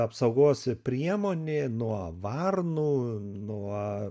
apsaugos priemonė nuo varnų nuo